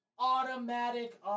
automatic